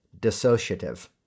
dissociative